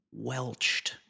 welched